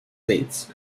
plates